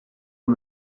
and